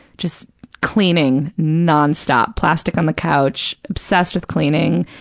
just cleaning non-stop, plastic on the couch, obsessed with cleaning.